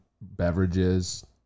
beverages